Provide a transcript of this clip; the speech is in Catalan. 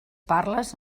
parles